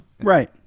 Right